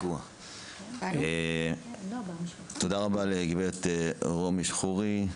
תודה רבה לגברת רומי שחורי.